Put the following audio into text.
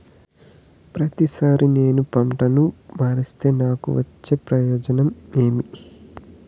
ప్రతిసారి నేను పంటను మారిస్తే నాకు వచ్చే ప్రయోజనం ఏమి?